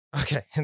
okay